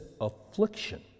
affliction